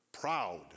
proud